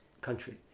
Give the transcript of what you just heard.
country